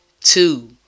two